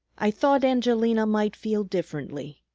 i thought angelina might feel differently.